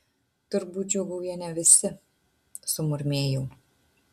turbūt džiūgauja ne visi sumurmėjau